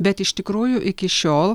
bet iš tikrųjų iki šiol